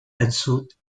ensued